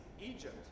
Egypt